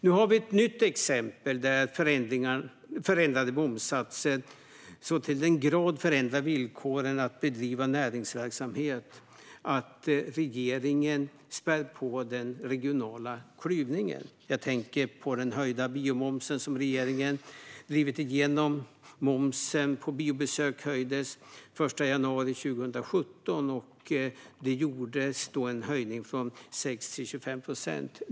Nu har vi ett nytt exempel där förändrade momssatser så till den grad förändrar villkoren för näringsverksamhet att regeringen spär på den regionala klyvningen. Jag tänker på den höjda biomomsen, som regeringen drivit igenom. Momsen på biobesök höjdes den 1 januari 2017. Det gjordes då en höjning från 6 till 25 procent.